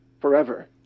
forever